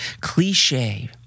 cliche